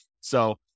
So-